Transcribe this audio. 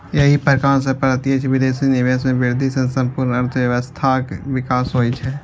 एहि प्रकार सं प्रत्यक्ष विदेशी निवेश मे वृद्धि सं संपूर्ण अर्थव्यवस्थाक विकास होइ छै